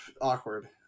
awkward